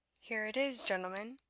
here it is, gentlemen,